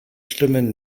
stimmen